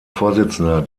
vorsitzender